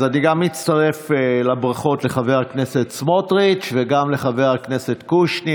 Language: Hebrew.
אז אני גם מצטרף לברכות לחבר הכנסת סמוטריץ' וגם לחבר הכנסת קושניר.